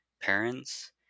parents